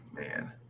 man